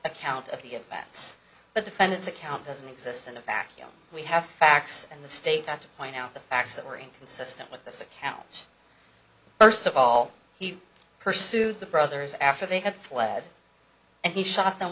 account of the bats but defendant's account doesn't exist in a vacuum we have facts and the state have to point out the facts that were inconsistent with this account which first of all he pursued the brothers after they had fled and he shot them